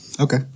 Okay